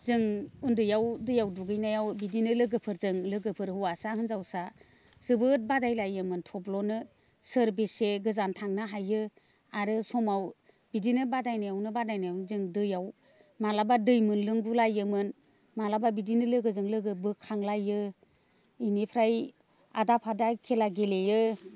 जों उन्दैयाव दैयाव दुगैनायाव बिदिनो लोगोफोरजों लोगोफोर हौवासा हिनजावसा जोबोद बादायलायोमोन थब्ल'नो सोर बेसे गोजान थांनो हायो आरो समाव बिदिनो बादायनायावनो बादायनायावनो जों दैयाव माब्लाबा दै मोनलोंगु लायोमोन माब्लाबा बिदिनो लोगोजों लोगो बोखांलायो बेनिफ्राय आदा फादा खेला गेलेयो